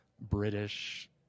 British